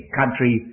country